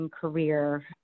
career